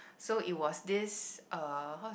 so it was this uh how